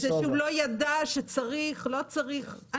שהוא לא ידע שצריך, לא צריך.